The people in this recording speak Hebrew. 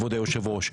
כבוד היושב-ראש.